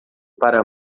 para